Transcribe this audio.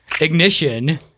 ignition